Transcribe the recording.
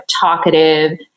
talkative